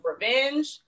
Revenge